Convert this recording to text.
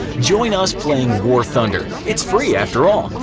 join us playing war thunder, it's free after all!